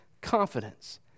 confidence